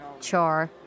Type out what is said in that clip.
Char